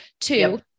two